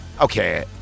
Okay